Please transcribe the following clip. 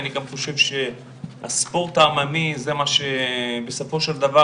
אני גם חושב שהספורט העממי זה מה שבסופו של דבר